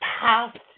past